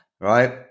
right